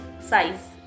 size